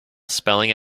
spelling